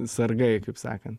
sargai kaip sakan